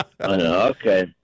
Okay